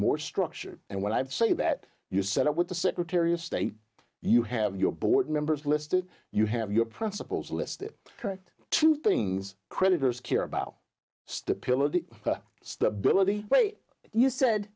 more structured and what said i've that you set up with the secretary of state you have your board members listed you have your principles listed correct two things creditors care about stability stability you said